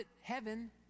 heaven